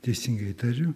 teisingai tariu